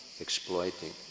exploiting